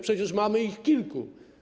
Przecież mamy ich kilku.